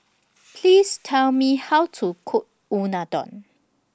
Please Tell Me How to Cook Unadon